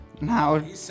Now